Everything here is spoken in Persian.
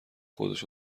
خودش